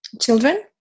children